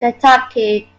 kentucky